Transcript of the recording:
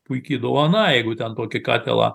puiki dovana jeigu ten tokį katilą